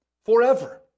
forever